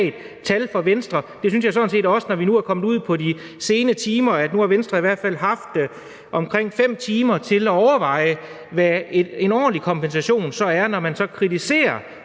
tal fra Venstre. Nu er vi kommet ud på de sene timer, og Venstre har i hvert fald haft omkring 5 timer til at overveje, hvad en ordentlig kompensation så er, når man kritiserer